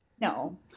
no